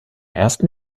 ersten